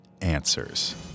answers